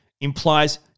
implies